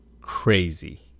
crazy